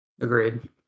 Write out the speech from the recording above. Agreed